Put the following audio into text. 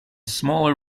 smaller